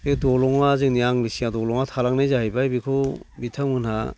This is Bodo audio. बे दलङा जोंनि आंनि सिगाङाव दलङा थानाय जाहैबाय बेखौ बिथांमोनहा